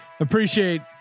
Appreciate